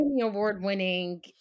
Award-winning